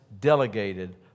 delegated